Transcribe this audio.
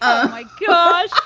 oh, my gosh.